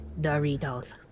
Doritos